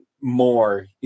more